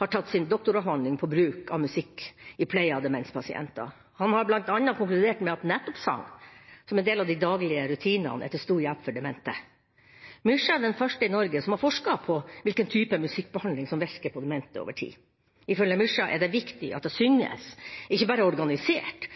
har tatt sin doktoravhandling på bruk av musikk i pleie av demenspasienter. Han har bl.a. konkludert med at nettopp sang, som en del av de daglige rutinene, er til stor hjelp for demente. Myskja er den første i Norge som har forsket på hvilken type musikkbehandling som virker på demente over tid. Ifølge Myskja er det viktig at det synges, ikke bare organisert,